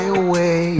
away